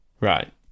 Right